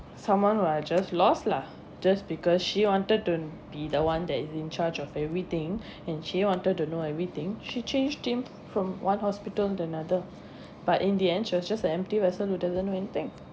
someone who are just lost lah just because she wanted to be the one that is in charge of everything and she wanted to know everything she changed him from one hospital to another but in the end she was just a empty vessel who doesn't know anything